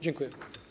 Dziękuję.